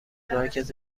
مرکز